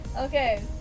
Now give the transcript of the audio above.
Okay